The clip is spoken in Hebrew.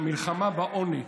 שהמלחמה בעוני,